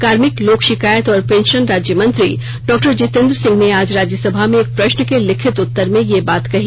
कार्मिक लोक शिकायत और पेंशन राज्यमंत्री डॉ जितेन्द्र सिंह ने आज राज्यसभा में एक प्रश्न के लिखित उत्तर में यह बात कही